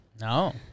no